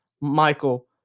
Michael